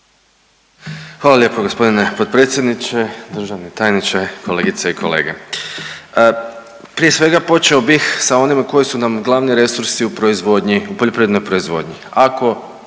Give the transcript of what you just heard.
Hvala lijepo gospodine potpredsjedniče, državni tajniče, kolegice i kolege. Prije svega počeo bih sa onima koji su nam glavni resursi u proizvodnji,